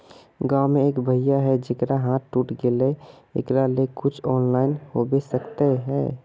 गाँव में एक भैया है जेकरा हाथ टूट गले एकरा ले कुछ ऑनलाइन होबे सकते है?